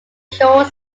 short